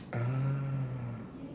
ah